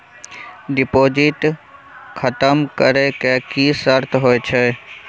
Deposit खतम करे के की सर्त होय छै?